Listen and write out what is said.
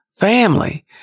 family